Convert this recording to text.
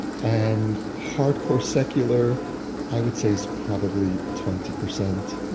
and hardcore secular i would say is probably twenty percent